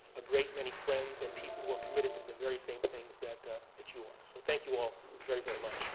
a great many friends and people who are committed to the very same things that that you are. so thank you all very, very much.